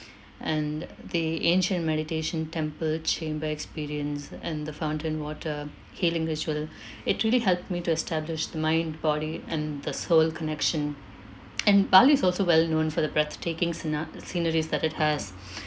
and the ancient meditation temple chamber experience and the fountain water healing ritual it really helped me to establish the mind body and the soul connection and bali is also well known for the breathtaking scena~ sceneries that it has